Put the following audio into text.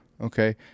okay